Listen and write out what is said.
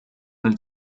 nel